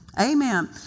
Amen